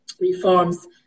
reforms